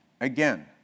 Again